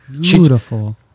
Beautiful